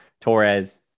Torres